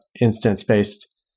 instance-based